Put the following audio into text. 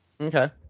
Okay